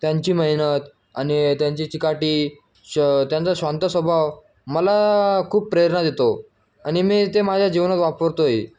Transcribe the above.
त्यांची मेहनत आणि त्यांची चिकाटी श त्यांचा शांत स्वभाव मला खूप प्रेरणा देतो आणि मी ते माझ्या जीवनात वापरतो आहे